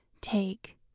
take